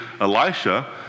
Elisha